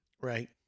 Right